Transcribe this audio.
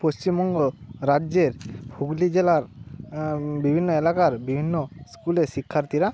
পশ্চিমবঙ্গ রাজ্যের হুগলি জেলার বিভিন্ন এলাকার বিভিন্ন স্কুলে শিক্ষার্থীরা